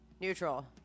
neutral